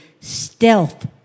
stealth